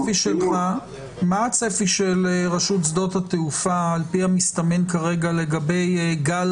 מה הצפי של רשות שדות התעופה על פי המסתמן כרגע לגבי גל